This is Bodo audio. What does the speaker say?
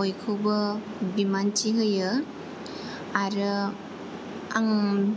बयखौबो बिमानथि होयो आरो आं